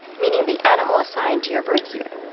meaning the animal assigned to your birth year.